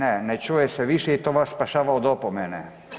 Ne, ne čuje se više i to vas spašava od opomene.